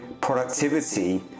productivity